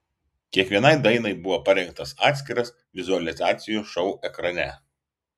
kiekvienai dainai buvo parengtas atskiras vizualizacijų šou ekrane